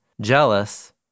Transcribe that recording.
jealous